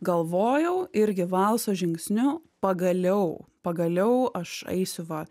galvojau irgi valso žingsniu pagaliau pagaliau aš eisiu va